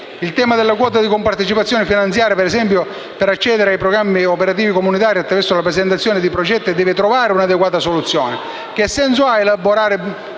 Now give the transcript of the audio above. Il tema della quota di compartecipazione finanziaria - per esempio - per accedere ai programmi operativi comunitari attraverso la presentazione di progetti, deve trovare un'adeguata soluzione. Che senso ha elaborare